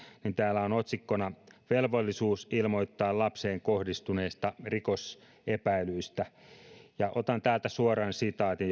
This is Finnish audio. niin täällä on otsikkona velvollisuus ilmoittaa lapseen kohdistuneista rikosepäilyistä otan täältä suoran sitaatin